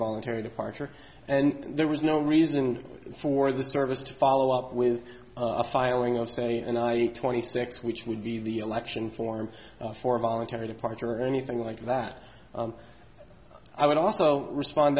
voluntary departure and there was no reason for the service to follow up with a filing of say and i twenty six which would be the election form for voluntary departure or anything like that i would also respond